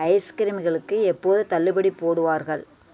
ice க்ரீம்களுக்கு எப்போது தள்ளுபடி போடுவார்கள்